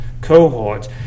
cohort